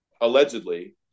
allegedly